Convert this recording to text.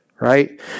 right